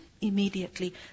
immediately